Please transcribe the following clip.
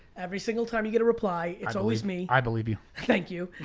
every single time you get a reply, it's always me. i believe you. thank you.